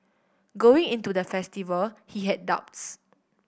going into the festival he had doubts